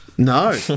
No